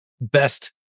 best